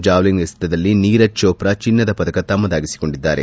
javelin ಎಸೆತದಲ್ಲಿ ನೀರಜ್ ಚೋಪ್ರಾ ಚಿನ್ನದ ಪದಕ ತನ್ನದಾಗಿಸಿಕೊಂಡಿದ್ದಾರೆ